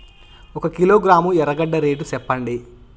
ఒక కిలోగ్రాము ఎర్రగడ్డ రేటు సెప్పండి?